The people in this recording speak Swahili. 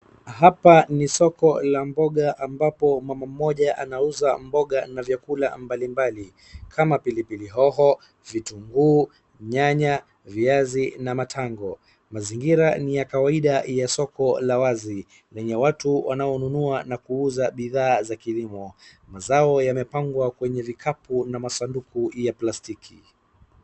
hapa ni soko la mboga ambapo mama mmoja anauza mboga na vyakula mbalimbali kama pilipili hoho, vitunguu ,nyanya ,viazi na matangoo ,mazingira ni ya kawaida ya soko la wazi lenye watu wanaonunua na kuuza biidhaa za kilimo ,mazao yamepangwa kwenye vikapu na masanduku ya plastiki